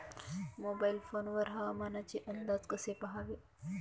Mobile phone वर हवामानाचे अंदाज कसे पहावे?